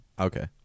Okay